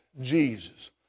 Jesus